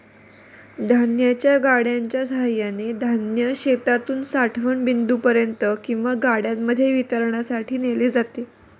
धान्याच्या गाड्यांच्या सहाय्याने धान्य शेतातून साठवण बिंदूपर्यंत किंवा गाड्यांमध्ये वितरणासाठी नेले जाते